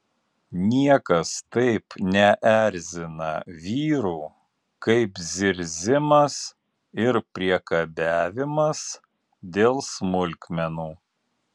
niekas taip neerzina vyrų kaip zirzimas ir priekabiavimas dėl smulkmenų